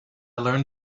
learn